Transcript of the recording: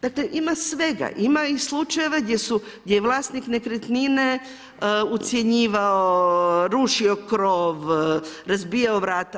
Dakle ima svega, ima i slučajeva gdje su, gdje je vlasnik nekretnine ucjenjivao, rušio krov, razbijao vrata.